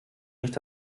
nicht